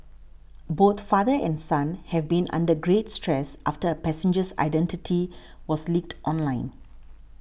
both father and son have been under great stress after the passenger's identity was leaked online